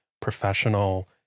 professional